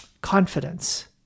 confidence